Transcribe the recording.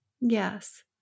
yes